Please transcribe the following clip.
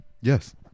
Yes